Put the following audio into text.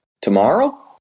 Tomorrow